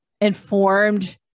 informed